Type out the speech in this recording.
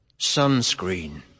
sunscreen